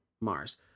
Mars